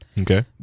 Okay